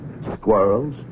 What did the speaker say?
Squirrels